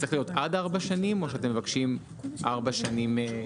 צריך להיות עד ארבע שנים או אתם מבקשים ארבע שנים